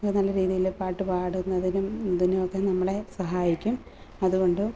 ഇനി നല്ല രീതിയിൽ പാട്ട് പാടുന്നതിനും ഇതിനുമൊക്കെ നമ്മളെ സഹായിക്കും അതുകൊണ്ടും